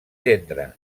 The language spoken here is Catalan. gendre